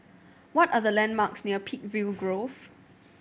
what are the landmarks near Peakville Grove